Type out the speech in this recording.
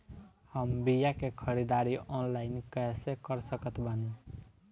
हम बीया के ख़रीदारी ऑनलाइन कैसे कर सकत बानी?